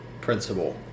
principle